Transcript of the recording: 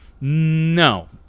no